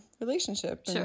relationship